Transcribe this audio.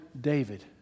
David